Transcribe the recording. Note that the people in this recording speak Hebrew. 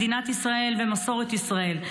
מדינת ישראל ומסורת ישראל.